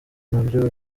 nabyo